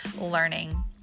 learning